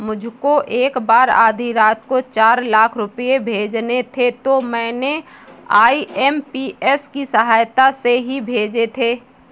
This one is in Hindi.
मुझको एक बार आधी रात को चार लाख रुपए भेजने थे तो मैंने आई.एम.पी.एस की सहायता से ही भेजे थे